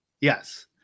Yes